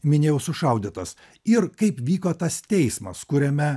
minėjau sušaudytas ir kaip vyko tas teismas kuriame